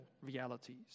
realities